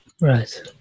Right